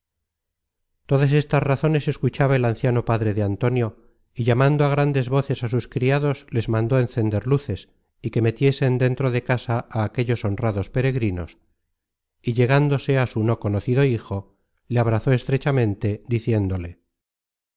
todas estas razones escuchaba el anciano padre de antonio y llamando á grandes voces á sus criados les mandó encender luces y que metiesen dentro de casa á aquellos honrados peregrinos y llegándose á su no conocido hijo le abrazó estrechamente diciéndole